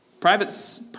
private